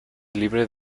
libre